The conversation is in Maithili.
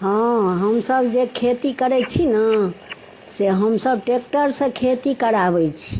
हँ हमसब जे खेती करै छी ने से हमसब ट्रेक्टरसँ खेती कराबै छी